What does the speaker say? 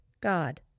God